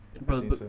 Bro